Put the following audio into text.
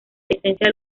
esencia